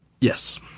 Yes